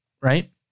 right